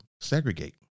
segregate